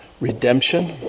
redemption